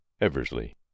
Eversley